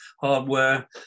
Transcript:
hardware